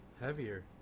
heavier